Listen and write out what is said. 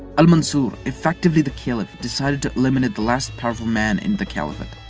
al-mansur, effectively, the caliph, decided to eliminate the last powerful man in the caliphate.